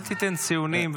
אל תיתן ציונים,